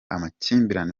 amakimbirane